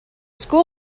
school